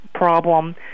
problem